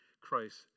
Christ